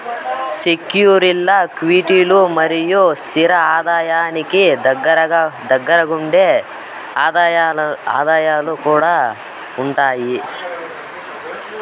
సెక్యూరీల్ల క్విటీలు మరియు స్తిర ఆదాయానికి దగ్గరగుండే ఆదాయాలు కూడా ఉండాయి